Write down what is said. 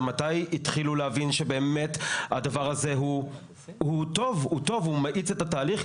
ומתי התחילו להבין שבאמת הדבר הזה הוא טוב הוא מאיץ את התהליך?